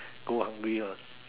go hungry mah